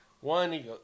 One